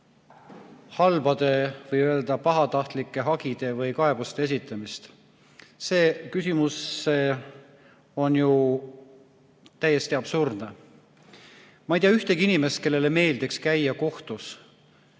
halbade või pahatahtlike hagide või kaebuste esitamist – see on ju täiesti absurdne. Ma ei tea ühtegi inimest, kellele meeldiks käia kohtus